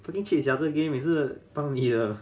putting chip 加是病每次帮你的